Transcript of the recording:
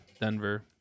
Denver